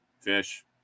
fish